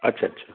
अच्छा अच्छा